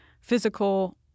physical